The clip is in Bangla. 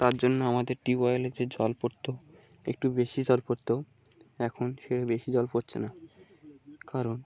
তার জন্য আমাদের টিউবওয়েলের যে জল পড়তো একটু বেশি জল পড়তো এখন সেটা বেশি জল পড়ছে না কারণ